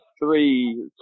three